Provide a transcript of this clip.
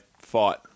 fight